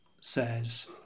says